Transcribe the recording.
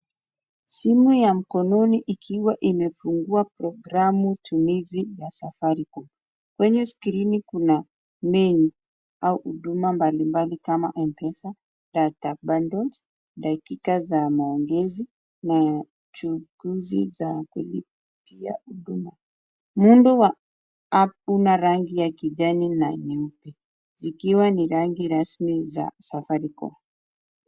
Simu ya mkononi ikiwa imefungua programu tumizi ya Safaricom. Kwenye skrini kuna menyu au huduma mbalimbali kama MPESA, data bundles , dakika za maongezi na chaguzi za kulipia huduma. Muundo wa app na rangi ya kijani na nyeupe zikiwa ni rangi rasmi za Safaricom.